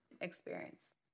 experience